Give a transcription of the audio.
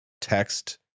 text